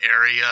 area